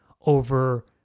over